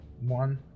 One